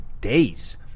days